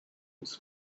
was